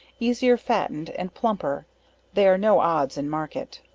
easier fattened and plumper they are no odds in market.